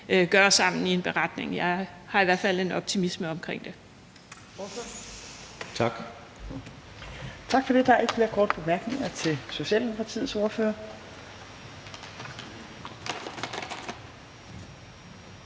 gøre sammen i en beretning. Jeg har i hvert fald en optimisme omkring det.